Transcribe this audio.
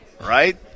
right